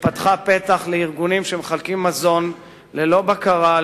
שפתחה פתח לארגונים שמחלקים מזון ללא בקרה,